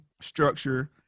structure